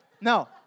No